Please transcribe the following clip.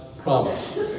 promise